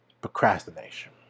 procrastination